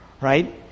Right